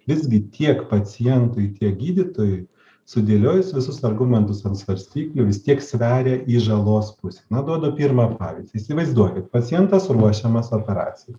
visgi tiek pacientui tiek gydytojui sudėliojus visus argumentus ant svarstyklių vis tiek sveria į žalos pusę na duodu pirmą pavyzdį įsivaizduokit pacientas ruošiamas operacijai